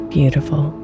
Beautiful